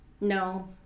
No